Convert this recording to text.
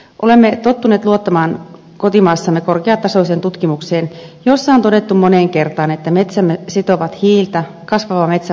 olemme tottuneet luottamaan kotimaassamme korkeatasoiseen tutkimukseen jossa on todettu moneen kertaan että metsämme sitovat hiiltä kasvava metsä varsinkin